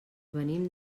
venim